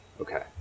Okay